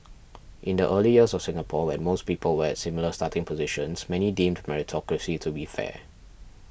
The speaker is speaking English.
in the early years of Singapore when most people were at similar starting positions many deemed meritocracy to be fair